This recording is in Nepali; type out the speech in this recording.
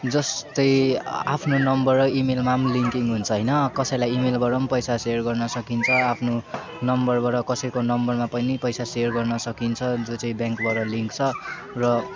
जस्तै आफ्नो नम्बर र इमेलमा पनि लिङ्किङ हुन्छ होइन कसैलाई इमेलबाट पनि पैसा सेयर गर्न सकिन्छ आफ्नो नम्बरबाट कसैको नम्बरमा पनि पैसा सेयर गर्न सकिन्छ जो चाहिँ ब्याङ्कबाट लिङ्क छ र